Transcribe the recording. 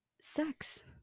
sex